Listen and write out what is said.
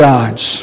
God's